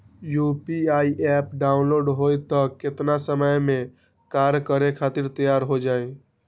UPI app download होई त कितना समय मे कार्य करे खातीर तैयार हो जाई?